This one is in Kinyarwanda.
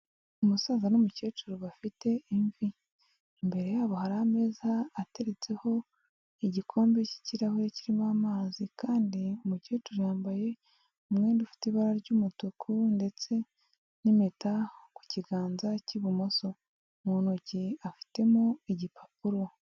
Umusaza n'umukecuru bafite imvi. Imbere yabo hari ameza ateretseho igikombe cy'ikirahure kirimo amazi. Kandi umukecuru yambaye umwenda ufite ibara ry'umutuku ndetse n'impeta ku kiganza cy'ibumoso. Mu ntoki afitemo igipapuro.